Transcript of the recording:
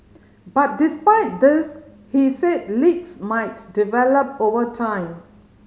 but despite this he said leaks might develop over time